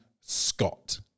Scott